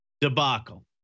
debacle